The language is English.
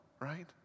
right